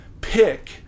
pick